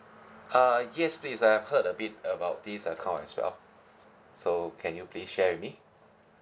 uh yes please I've heard a bit about this account as well so can you please share with me